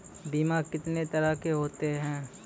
बीमा कितने तरह के होते हैं?